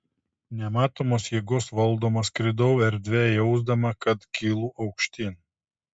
nematomos jėgos valdoma skridau erdve jausdama kad kylu aukštyn